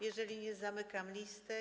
Jeżeli nie, zamykam listę.